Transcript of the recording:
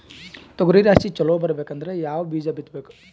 ತೊಗರಿ ರಾಶಿ ಚಲೋ ಬರಬೇಕಂದ್ರ ಯಾವ ಬೀಜ ಬಿತ್ತಬೇಕು?